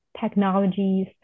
technologies